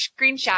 screenshot